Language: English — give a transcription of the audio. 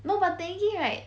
no but technically right